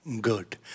Good